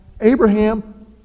Abraham